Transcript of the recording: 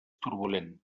turbulent